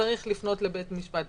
צריך לפנות לבית משפט.